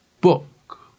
book